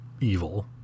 evil